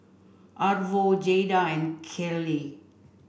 Arvo Jayda and Kelli